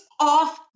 off